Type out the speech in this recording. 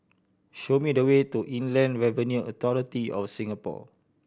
show me the way to Inland Revenue Authority of Singapore